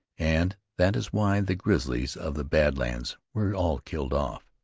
and that is why the grizzlies of the bad lands were all killed off.